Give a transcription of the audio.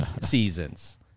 seasons